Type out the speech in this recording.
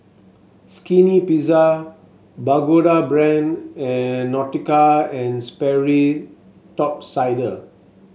Skinny Pizza Pagoda Brand and Nautica And Sperry Top Sider